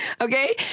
okay